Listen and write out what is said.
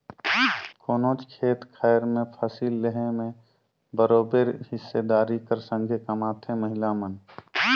कोनोच खेत खाएर में फसिल लेहे में बरोबेर हिस्सादारी कर संघे कमाथें महिला मन